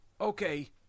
Okay